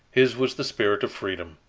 his was the spirit of freedom.